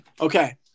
Okay